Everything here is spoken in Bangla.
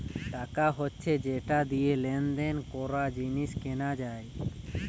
টাকা হচ্ছে যেটা দিয়ে লেনদেন করা, জিনিস কেনা যায়